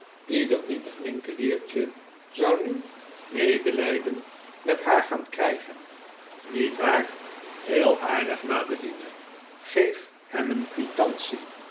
ieder nietig winkeliertje zou nu medelijden met haar gaan krijgen niet waar heel aardig nikolaas eerste gesprek met madeline madeline geef hem een